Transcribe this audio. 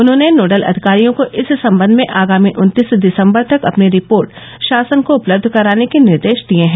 उन्होंने नोडल अधिकारियों को इस सम्बन्ध में आगामी उन्तीस दिसम्बर तक अपनी रिपोर्ट शासन को उपलब्ध कराने के निर्देश दिये हैं